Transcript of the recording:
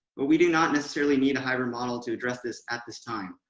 but we do not necessarily need a hybrid model to address this at this time.